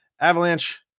Avalanche